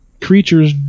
Creatures